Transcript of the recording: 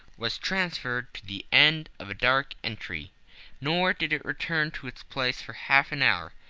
was transferred to the end of a dark entry nor did it return to its place for half an hour.